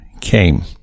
came